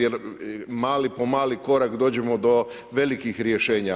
Jer mali po mali korak dođemo do velikih rješenja.